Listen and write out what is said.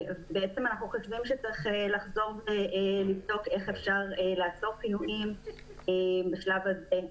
אנחנו חושבים שצריך לחזור ולבדוק איך אפשר לעצור פינויים בשלב הזה,